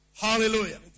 Hallelujah